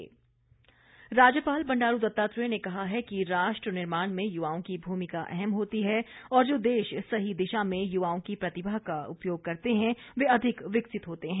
राज्यपाल राज्यपाल बंडारू दत्तात्रेय ने कहा है कि राष्ट्र निर्माण में युवाओं की भूमिका अहम होती है और जो देश सही दिशा में युवाओं की प्रतिभा का उपयोग करते हैं वे अधिक विकसित होते हैं